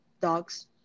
dogs